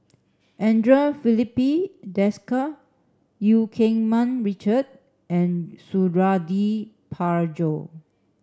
Andre Filipe Desker Eu Keng Mun Richard and Suradi Parjo